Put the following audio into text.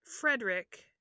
frederick